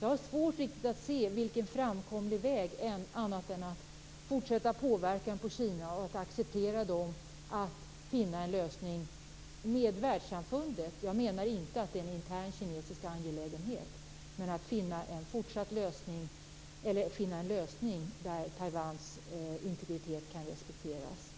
Jag har svårt att riktigt se en framkomlig väg annat än att fortsätta påverkan på Kina och att få landet att finna och acceptera en lösning med världssamfundet. Jag menar inte att detta är en intern kinesiskt angelägenhet. Man måste finna en lösning där Taiwans integritet kan respekteras.